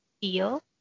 feel